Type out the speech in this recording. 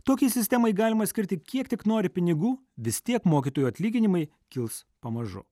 tokiai sistemai galima skirti kiek tik nori pinigų vis tiek mokytojų atlyginimai kils pamažu